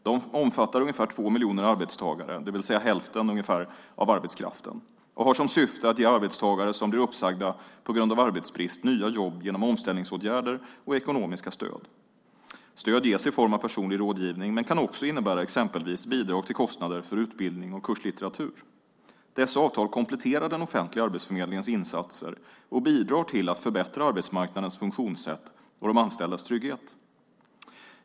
De omfattar ungefär två miljoner arbetstagare, det vill säga ungefär hälften av arbetskraften, och har som syfte att ge arbetstagare som blir uppsagda på grund av arbetsbrist nya jobb genom omställningsåtgärder och ekonomiska stöd. Stöd ges i form av personlig rådgivning men kan också innebära exempelvis bidrag till kostnader för utbildning och kurslitteratur. Dessa avtal kompletterar den offentliga arbetsförmedlingens insatser och bidrar till att förbättra arbetsmarknadens funktionssätt och de anställdas trygghet.